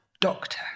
doctor